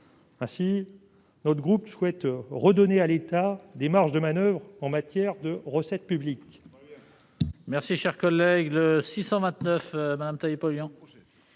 Notre groupe souhaite redonner à l'État des marges de manoeuvre en matière de recettes publiques.